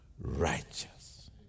righteous